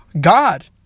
God